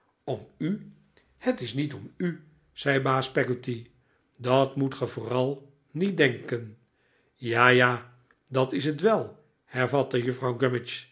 om u het is niet om u zei baas peggotty dat moet ge vooral niet denken ja ja dat is het wel hervatte juffrouw